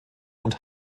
und